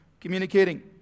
Communicating